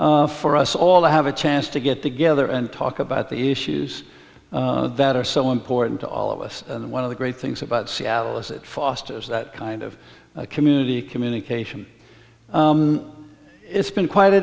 for us all to have a chance to get together and talk about the issues that are so important to all of us one of the great things about seattle is it fosters that kind of community communication it's been quite a